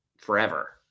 forever